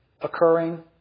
occurring